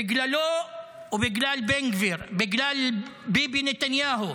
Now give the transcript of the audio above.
בגללו ובגלל בן גביר, בגלל ביבי נתניהו.